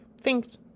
Thanks